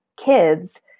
kids